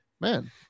man